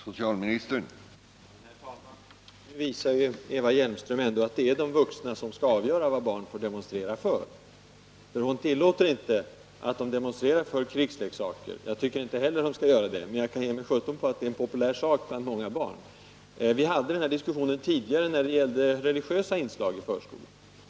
Herr talman! Nu visar ju Eva Hjelmström ändå att det är de vuxna som skall avgöra vad barn får demonstrera för. Hon tillåter inte att de demonstrerar för krigsleksaker. Jag tycker inte heller att barn skall göra det, men jag befarar att det är en populär sak bland många barn. Vi hade den här diskussionen tidigare, när det gällde religiösa inslag i förskolan.